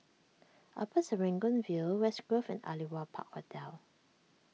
Upper Serangoon View West Grove and Aliwal Park Hotel